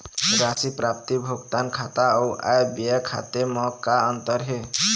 राशि प्राप्ति भुगतान खाता अऊ आय व्यय खाते म का अंतर हे?